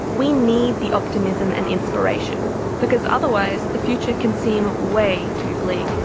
we need the optimism and inspiration because otherwise the future can seem way too bleak.